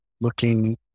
looking